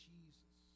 Jesus